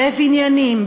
בבניינים,